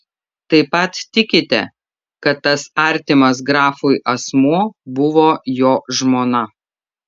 taip pat tikite kad tas artimas grafui asmuo buvo jo žmona